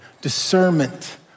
Discernment